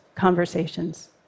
Conversations